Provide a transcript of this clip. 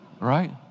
right